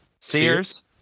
Sears